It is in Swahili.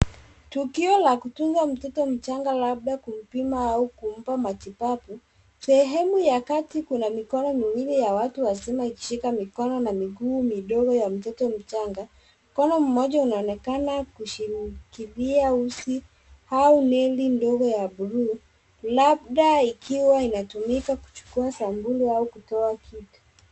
Tukio la kudunga mtoto mchanga labda kumpima au kumpa matibabu. Sehemu ya kati kuna mikono miwili ya watu wazima ikisika mikono na miguu midogo ya mtoto mchanga. Mkono moja unaonekana kushinikizia uzi au mendi ndogo ya buluu, labda ikiwa inatumika kuchukua sampuli au kutoa kitu.